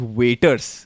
waiters